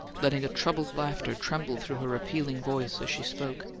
letting a troubled laughter tremble through her appealing voice as she spoke.